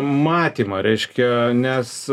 matymą reiškia nes